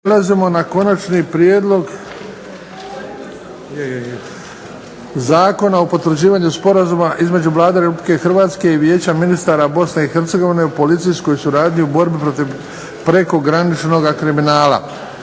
Prelazimo na - Konačni prijedlog Zakona o potvrđivanju Sporazuma između Vlade Republike Hrvatske i Vijeća ministara Bosne i Hercegovine o policijskoj suradnji u borbi protiv prekograničnog kriminala,